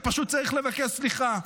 פשוט צריך לבקש סליחה.